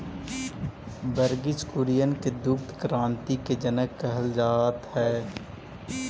वर्गिस कुरियन के दुग्ध क्रान्ति के जनक कहल जात हई